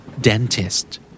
Dentist